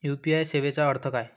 UPI सेवेचा अर्थ काय?